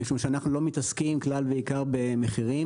משום שאנחנו לא מתעסקים כלל ועיקר במחירים,